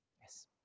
Yes